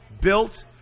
built